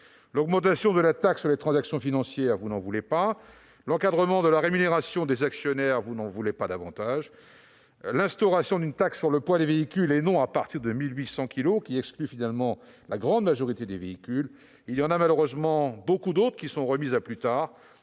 L'augmentation de la taxe sur les transactions financières, vous n'en voulez pas. L'encadrement de la rémunération des actionnaires, vous n'en voulez pas davantage. Il en va de même de l'instauration d'une taxe sur le poids des véhicules, et non à partir de 1 800 kilos, qui exclut finalement la grande majorité des véhicules. De nombreuses autres propositions sont malheureusement remises à plus tard,